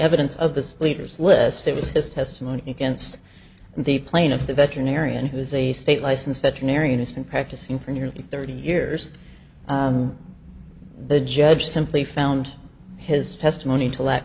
evidence of the leaders list it was his testimony against the plaintiff the veterinarian who is a state license veterinarian who's been practicing for nearly thirty years the judge simply found his testimony to lack